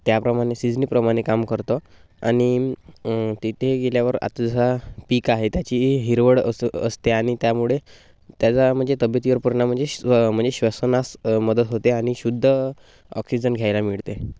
त्याप्रमाणे सिजनीप्रमाणे काम करतो आणि तिथे गेल्यावर आता जसा पीक आहे त्याची हिरवड असं असते आणि त्यामुळे त्याचा म्हणजे तब्येतीवर परिणाम म्हणजे श म्हणजे श्वसनास मदत होते आणि शुद्ध ऑक्सिजन घ्यायला मिळते